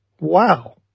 Wow